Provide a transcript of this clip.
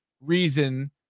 reason –